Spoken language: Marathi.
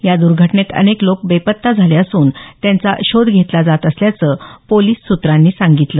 या दर्घटनेत अनेक लोक बेपत्ता झाले असून त्यांचा शोध घेतला जात असल्याचं पोलिस सूत्रांनी सांगितलं